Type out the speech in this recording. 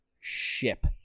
ship